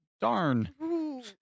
darn